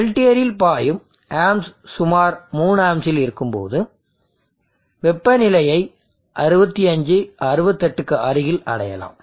பெல்டியரில் பாயும் ஆம்ப்ஸ் சுமார் 3 ஆம்ப்ஸில் இருக்கும்போது வெப்பநிலையை 65 68க்கு அருகில் அடையலாம்